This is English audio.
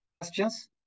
questions